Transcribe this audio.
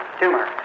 tumor